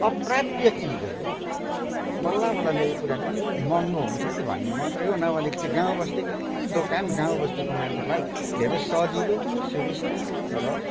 अप्राप्य चिजहरू बल्लबल्ल लेखेको पुरानो अलिक महँगो हुन्छ कि भन्ने मात्रै हो नभएदेखि त गाउँबस्तीकै दोकान गाउँबस्तीको मान्छेलाई धेरै सजिलो सुविस्ता र